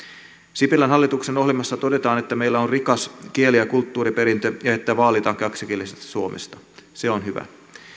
sipilän hallituksen ohjelmassa todetaan että meillä on rikas kieli ja kulttuuriperintö ja että vaalimme kaksikielistä suomea se on hyvä